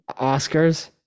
Oscars